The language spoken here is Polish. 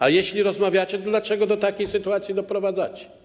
A jeśli rozmawiacie, to dlaczego do takiej sytuacji doprowadzacie?